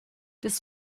des